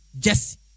Jesse